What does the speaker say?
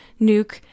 Nuke